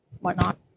whatnot